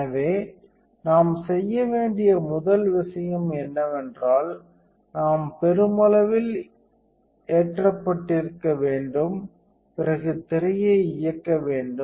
எனவே நாம் செய்ய வேண்டிய முதல் விஷயம் என்னவென்றால் நாம் பெருமளவில் ஏற்றப்பட்டிருக்க வேண்டும் பிறகு திரையை இயக்க வேண்டும்